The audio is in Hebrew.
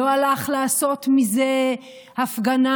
לא הלך לעשות מזה הפגנה,